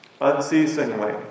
unceasingly